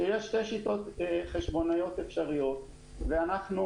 כשיש שתי שיטות חשבונאיות אפשריות ואנחנו